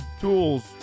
tools